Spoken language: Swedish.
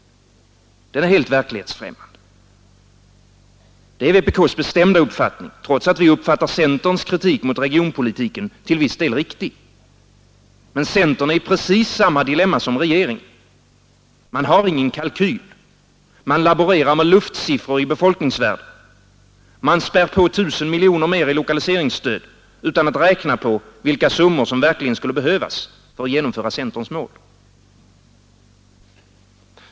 Den är helt verklighetsfrämmande. Det är vpk:s bestämda uppfattning, trots att vi uppfattar centerns kritik mot regionpolitiken som till viss del riktig. Men centern är i precis samma dilemma som regeringen. Man har ingen kalkyl. Man laborerar med luftsiffror i befolkningsvärden. Man spär på 1000 miljoner mer i lokaliseringsstöd utan att räkna på vilka summor som verkligen skulle behövas för att genomföra centerns mål.